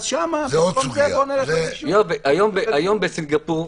היום בסינגפור,